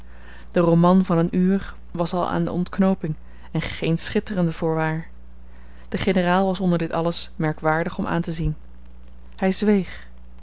de roman van een uur was al aan de ontknooping en geen schitterende voorwaar de generaal was onder dit alles merkwaardig om aan te zien hij zweeg